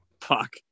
Fuck